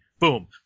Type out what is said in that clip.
Boom